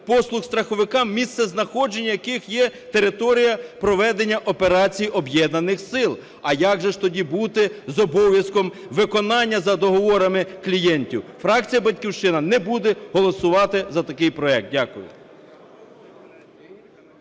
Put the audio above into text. послуг страховикам, місцезнаходженням яких є територія проведення операції Об'єднаних сил. А як же ж тоді бути з обов'язком виконання за договорами клієнтів? Фракція "Батьківщина" не буде голосувати за такий проект. Дякую.